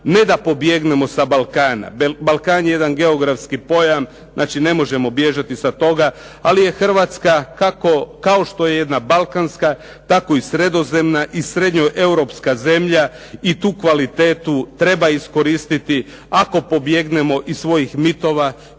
ne da pobjegnemo sa Balkana, Balkan je jedan geografski pojam, znači ne možemo bježati sa toga, ali je Hrvatska kao što je jedna balkanska, tako i sredozemna i srednjoeuropska zemlja i tu kvalitetu treba iskoristiti ako pobjegnemo iz svojih mitova